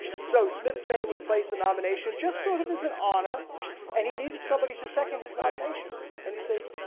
so smith's name was placed in nomination just sort of as an honor and he needed somebody to second his nomination and he says,